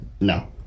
No